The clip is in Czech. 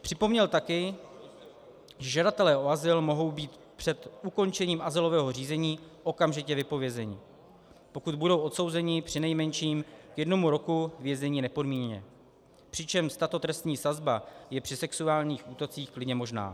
Připomněl také, že žadatelé o azyl mohou být před ukončením azylového řízení okamžitě vypovězeni, pokud budou odsouzeni přinejmenším k jednomu roku vězení nepodmíněně, přičemž tato trestní sazba je při sexuálních útocích klidně možná.